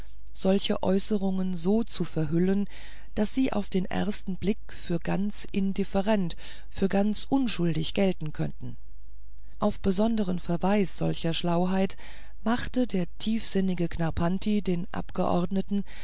solche äußerungen so zu verhüllen daß sie auf den ersten blick für ganz indifferent für ganz unschuldig gelten könnten als besonderen beweis solcher schlauheit machte der tiefsinnige knarrpanti den abgeordneten